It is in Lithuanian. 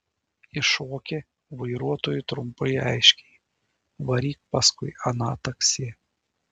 įšoki vairuotojui trumpai aiškiai varyk paskui aną taksi